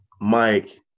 Mike